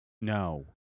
No